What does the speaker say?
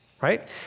right